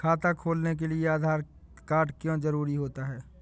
खाता खोलने के लिए आधार कार्ड क्यो जरूरी होता है?